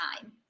time